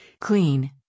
clean